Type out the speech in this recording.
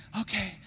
okay